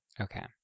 okay